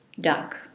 duck